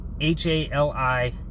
H-A-L-I